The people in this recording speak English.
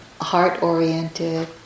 heart-oriented